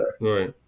Right